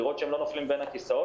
לראות שהם לא נופלים בין הכיסאות.